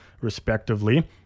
respectively